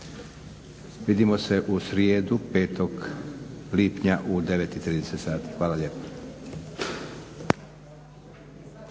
Vidimo se u srijedu 5. lipnja u 9,30 sati. Hvala lijepo.